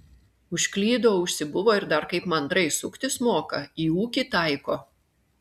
užklydo užsibuvo ir dar kaip mandrai suktis moka į ūkį taiko